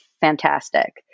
fantastic